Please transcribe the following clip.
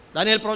Daniel